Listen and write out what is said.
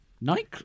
Nike